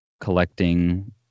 collecting